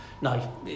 no